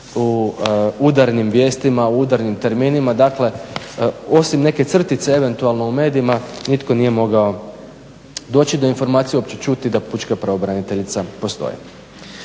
u udarnim vijestima, udarnim terminima, dakle osim neke crtice eventualno u medijima, nitko nije mogao doći do informacije, uopće čuti da pučka pravobraniteljica postoji.